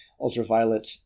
ultraviolet